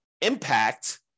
impact